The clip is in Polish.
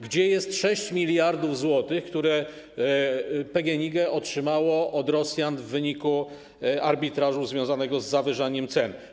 Gdzie jest 6 mld zł, które PGNiG otrzymało od Rosjan w wyniku arbitrażu związanego z zawyżaniem cen?